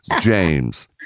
James